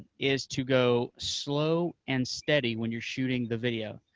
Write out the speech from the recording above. is to go slow and steady when you're shooting the video.